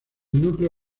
núcleo